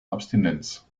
abstinenz